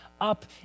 up